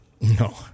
no